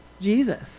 Jesus